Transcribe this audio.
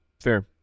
fair